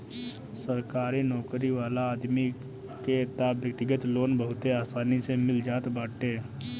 सरकारी नोकरी वाला आदमी के तअ व्यक्तिगत लोन बहुते आसानी से मिल जात बाटे